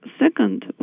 second